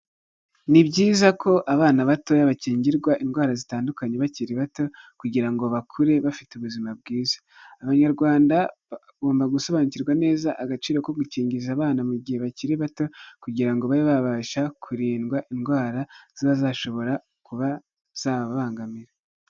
Ni byiza ko abana batoya bakingirwa indwara zitandukanye bakiri bato kugira ngo bakure bafite ubuzima bwiza, abanyarwanda bagomba gusobanukirwa neza agaciro ko gukingiza abana mu gihe bakiri bato, kugira ngo babe babasha kurindwa indwara ziba zashobora kuba zababangamira.